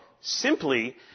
simply